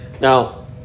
Now